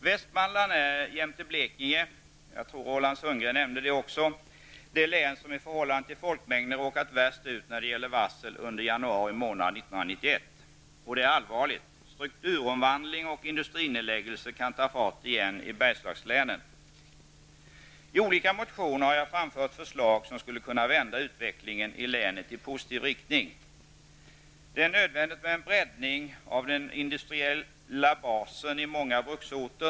Västmanland är jämte Blekinge, jag tror att även Roland Sundgren nämnde det, det län som i förhållande till folkmängden råkat värst ut när det gäller varsel under januari månad 1991. Det är allvarligt. Strukturomvandling och industrinedläggningar kan ta fart igen i I olika motioner har jag framfört förslag som skulle kunna vända utvecklingen i länet i positiv riktning. Det är nödvändigt med en breddning av den industriella basen i många bruksorter.